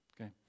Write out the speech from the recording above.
okay